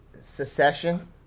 secession